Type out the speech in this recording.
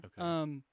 Okay